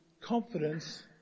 confidence